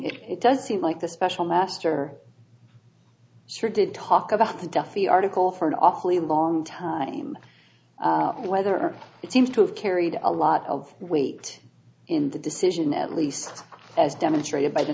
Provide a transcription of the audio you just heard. seems it does seem like the special master sure did talk about the duffy article for an awfully long time but whether it seems to have carried a lot of weight in the decision at least as demonstrated by the